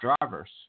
drivers